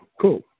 cool